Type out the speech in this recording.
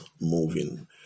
moving